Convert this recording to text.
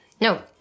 No